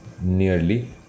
nearly